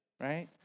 right